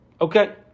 Okay